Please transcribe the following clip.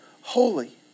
holy